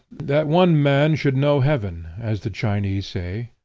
that one man should know heaven, as the chinese say,